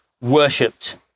worshipped